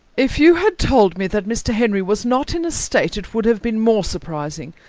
if you had told me that mr. henry was not in a state it would have been more surprising.